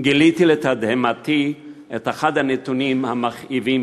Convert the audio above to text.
גיליתי לתדהמתי את אחד הנתונים המכאיבים